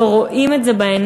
לא רואים את זה בעיניים,